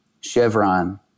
Chevron